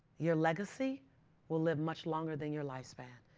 your legacy will live much longer than your life span.